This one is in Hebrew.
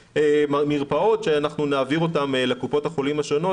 מרפאות שאנחנו נעביר לקופות החולים השונות,